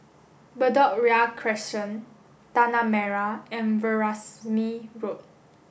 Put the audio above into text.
Bedok Ria Crescent Tanah Merah and Veerasamy Road